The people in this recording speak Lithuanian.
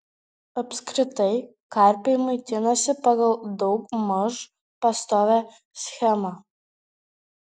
apskritai karpiai maitinasi pagal daugmaž pastovią schemą